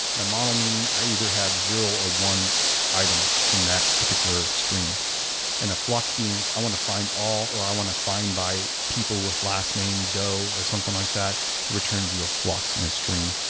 a mono meaning, i either have zero or one item in that particular stream the and flux being i want to find all, or i want to find by people with last name doe, or something like that returns you a flux in a stream.